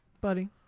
Buddy